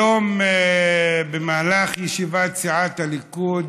היום במהלך ישיבת סיעת הליכוד